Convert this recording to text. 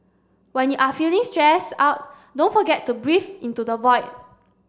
when you are feeling stress out don't forget to breathe into the void